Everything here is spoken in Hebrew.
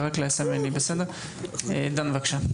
בבקשה.